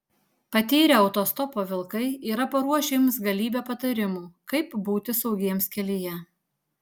patyrę autostopo vilkai yra paruošę jums galybę patarimų kaip būti saugiems kelyje